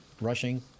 rushing